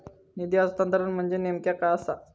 निधी हस्तांतरण म्हणजे नेमक्या काय आसा?